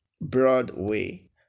Broadway